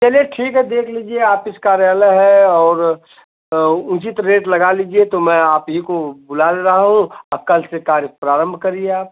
चलिए ठीक है देख लीजिए आफिस कार्यालय है और उचित रेट लगा लीजिए तो मैं आप ही को बुला ले रहा हूँ कल से कार्य प्रारंभ करिए आप